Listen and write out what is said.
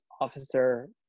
officer